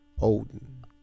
Odin